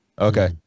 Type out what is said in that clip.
Okay